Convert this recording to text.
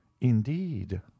indeed